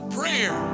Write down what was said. prayer